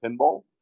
pinball